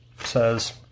Says